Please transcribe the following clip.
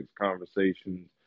conversations